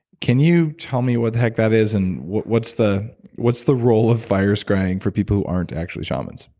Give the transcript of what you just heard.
can you tell me what the heck that is and what's the what's the role of fire scrying for people who aren't actually shamans?